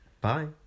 Bye